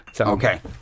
okay